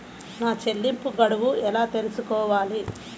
నా చెల్లింపు గడువు ఎలా తెలుసుకోవాలి?